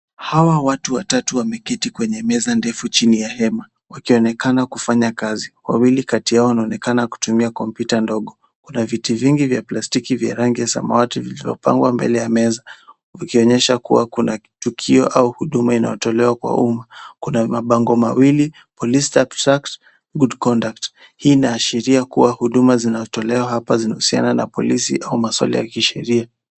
Hawa watu watatu wameketi kwenye meza ndevu chini ya hema, wakionekana kufanya kazi. Wawili kati yao wanaonekana kutumia kompyuta ndogo, kuna viti vingi vya plastiki vya rangi ya samawati vilivyopangwa mbele ya meza, vikionyesha kuwa kuna tukio au huduma inayotolewa kwa umma, kuna mabango mawili; police abstract, good conduct , hii inaashiria kuwa huduma zinazotolewa hapa zinahusiana na polisi au masuala ya kisheria.